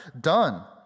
done